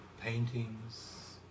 paintings